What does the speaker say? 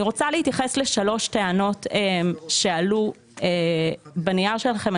אני רוצה להתייחס לשלוש טענות שעלו בנייר שלכם.